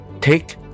Take